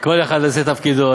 כל אחד עושה את תפקידו.